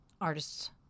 artists